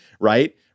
right